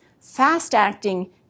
fast-acting